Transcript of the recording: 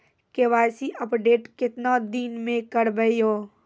KYC update केतना दिन मे करेबे यो?